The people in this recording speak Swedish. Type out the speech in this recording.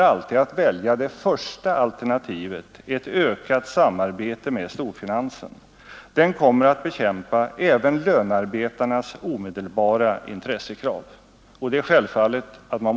Jag sade att ett beslut av så stor räckvidd, som kan känslomässigt påverka så många människor, måste fattas i samverkans och enighetens tecken.